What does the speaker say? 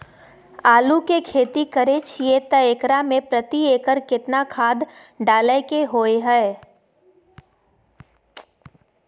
आलू के खेती करे छिये त एकरा मे प्रति एकर केतना खाद डालय के होय हय?